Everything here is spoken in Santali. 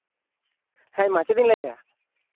ᱦᱮᱸ ᱢᱟᱪᱮᱫ ᱤᱧ ᱞᱟᱹᱭᱮᱜᱼᱟ